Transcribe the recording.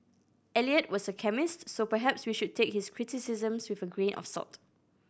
Eliot was a chemist so perhaps we should take his criticisms with a grain of salt